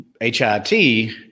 HIT